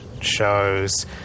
shows